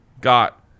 got